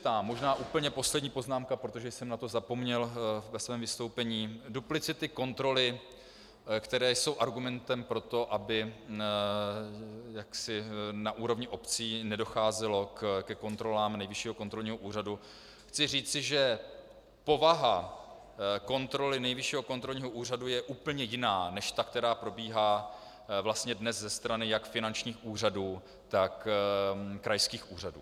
K duplicitám možná úplně poslední poznámka, protože jsem na to zapomněl ve svém vystoupení, duplicity kontroly, které jsou argumentem pro to, aby na úrovni obcí nedocházelo ke kontrolám Nejvyššího kontrolního úřadu chci říci, že povaha kontroly Nejvyššího kontrolního úřadu je úplně jiná než ta, která probíhá vlastně dnes ze strany jak finančních úřadů, tak krajských úřadů.